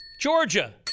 Georgia